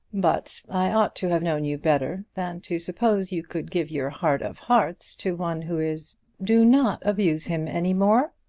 but i ought to have known you better than to suppose you could give your heart of hearts to one who is do not abuse him any more.